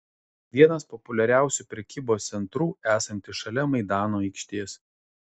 vienas populiariausių prekybos centrų esantis šalia maidano aikštės